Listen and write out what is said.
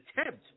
attempt